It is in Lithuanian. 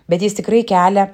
bet jis tikrai kelia